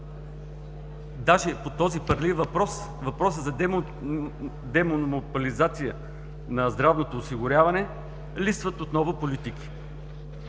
Даже по този парлив въпрос – въпроса за демонополизация на здравното осигуряване, липсват отново политики.